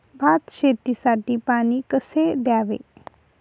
भात शेतीसाठी पाणी कसे द्यावे?